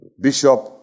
Bishop